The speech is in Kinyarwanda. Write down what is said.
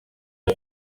iba